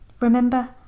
remember